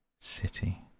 City